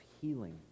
healing